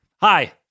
Hi